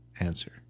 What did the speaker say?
Answer